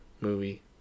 movie